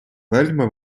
вельми